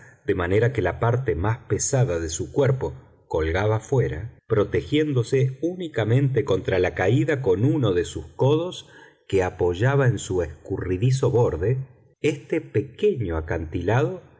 de manera que la parte más pesada de su cuerpo colgaba fuera protegiéndose únicamente contra la caída con uno de sus codos que apoyaba en su escurridizo borde este pequeño acantilado